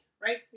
right